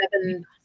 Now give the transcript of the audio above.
seven